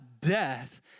death